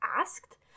asked